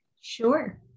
Sure